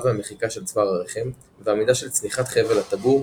והמחיקה של צוואר הרחם והמידה של צניחת חבל הטבור,